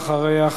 ואחריה,